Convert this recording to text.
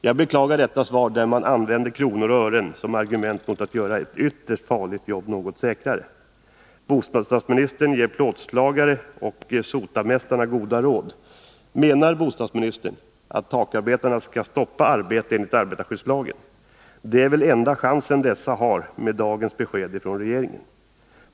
Jag beklagar detta svar, där man använder kronor och ören som argument för att inte vilja göra ett ytterst farligt jobb något säkrare. Bostadsministern ger plåtslagare och sotarmästare goda råd. Menar bostadsministern att takarbetarna skall stoppa arbeten enligt arbetarskyddslagen? Det är väl den enda chans som dessa har efter dagens besked från regeringen.